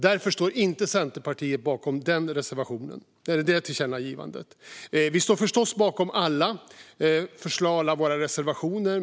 Därför står inte Centerpartiet bakom det tillkännagivandet. Vi står förstås bakom alla våra reservationer.